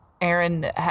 Aaron